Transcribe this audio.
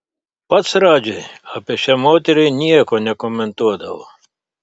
pats radži apie šią moterį nieko nekomentuodavo